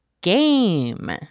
GAME